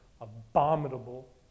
abominable